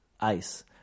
ice